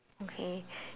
okay